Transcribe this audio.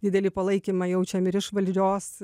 didelį palaikymą jaučiam ir iš valdžios